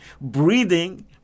breathing